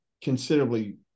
considerably